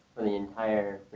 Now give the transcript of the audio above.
for the entire